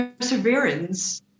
Perseverance